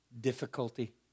difficulty